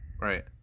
Right